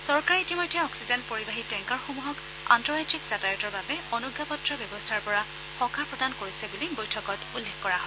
চৰকাৰে ইতিমধ্যে অক্সিজেন পৰিবাহী টেংকাৰসমূহক আন্তঃৰাজ্যিক যাতায়তৰ বাবে অনুজ্ঞা পত্ৰ ব্যৱস্থাৰ পৰা সকাহ প্ৰদান কৰিছে বুলি বৈঠকত উল্লেখ কৰা হয়